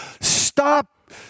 stop